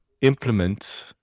implement